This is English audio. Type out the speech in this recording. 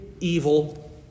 evil